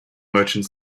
merchant